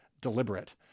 deliberate